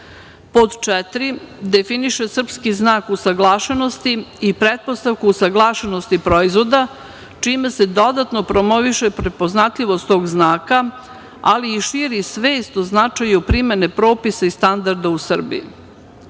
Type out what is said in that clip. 4. - Definiše srpski znak usaglašenosti i pretpostavku usaglašenosti proizvoda, čime se dodatno promoviše prepoznatljivost tog znaka, ali i širi svest o značaju primene propisa i standarda u Srbiji. Pod